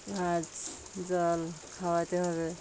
ঘাস জল খাওয়াতে হবে